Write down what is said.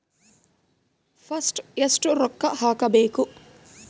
First ಎಷ್ಟು ರೊಕ್ಕ ಹಾಕಬೇಕು?